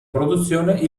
produzione